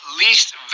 least